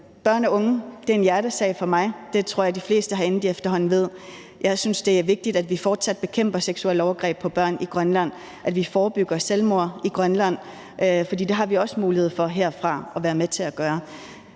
Børn og unge er en hjertesag for mig. Det tror jeg de fleste herinde efterhånden ved. Jeg synes, det er vigtigt, at vi fortsat bekæmper seksuelle overgreb på børn i Grønland, og at vi forebygger selvmord i Grønland, for det har vi også mulighed for herfra at være med til at gøre.